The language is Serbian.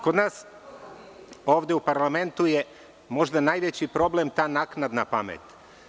Kod nas ovde u parlamentu je možda najveći problem ta naknadna pamet.